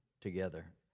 together